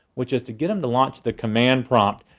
which is to get him to launch the command prompt.